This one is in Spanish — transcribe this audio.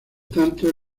tanto